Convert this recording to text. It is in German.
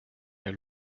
der